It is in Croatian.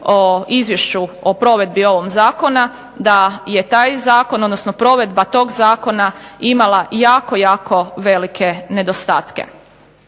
o izvješću o provedbi ovog zakona da je taj zakon, odnosno provedba tog zakona imala jako, jako velike nedostatke.